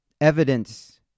Evidence